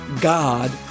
god